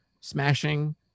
smashing